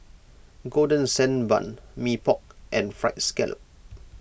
Golden Sand Bun Mee Pok and Fried Scallop